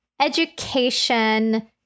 education